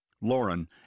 Lauren